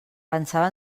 pensava